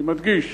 אני מדגיש.